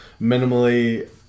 Minimally